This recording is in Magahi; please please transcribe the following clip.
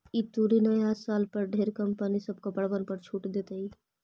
ई तुरी नया साल पर ढेर कंपनी सब कपड़बन पर छूट देतई